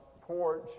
porch